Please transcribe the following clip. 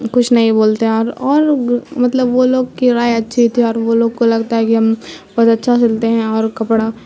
کچھ نہیں بولتے اور اور مطلب وہ لوگ کی رائے اچھی تھی اور وہ لوگ کو لگتا ہے کہ ہم بہت اچھا سلتے ہیں اور کپڑا